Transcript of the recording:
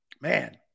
Man